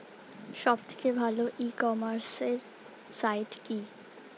সব থেকে ভালো ই কমার্সে সাইট কী?